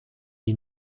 die